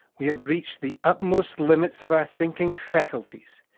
we have reached the uppermost limits of our thinking faculties.